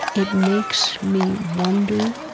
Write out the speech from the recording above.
it makes me wonder